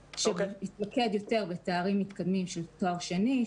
שיתמקד יותר בתארים מתקדמים של תואר שני,